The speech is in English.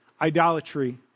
idolatry